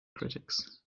critics